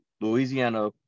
Louisiana